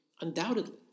Undoubtedly